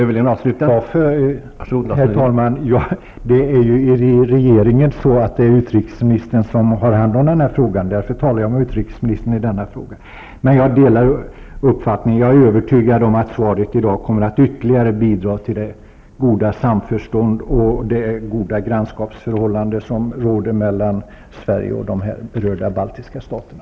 Herr talman! Det är ju i regeringen så att utrikesministern har hand om den här frågan, och därför talar jag nu med utrikesministern. Men jag delar utrikesministerns uppfattning. Jag är övertygad om att utrikesministerns svar i dag ytterligare kommer att bidra till det goda samförstånd och det goda grannskapsförhållande som råder mellan Sverige och de berörda baltiska staterna.